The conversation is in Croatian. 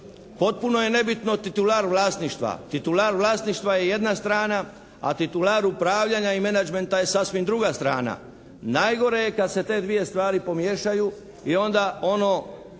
potpuno je nebitno titular vlasništva. Titular vlasništva je jedna strana a titular upravljanja i menanđmenta je sasvim druga strana. Najgore je kad se te dvije stvari pomiješaju i onda ono